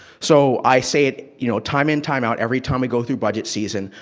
so, i say it you know time in, time out, every time we go through budget season.